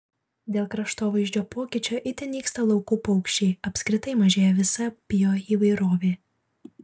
dėl kraštovaizdžio pokyčio itin nyksta laukų paukščiai apskritai mažėja visa bioįvairovė